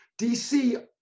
DC